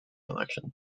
election